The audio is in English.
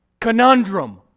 conundrum